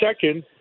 second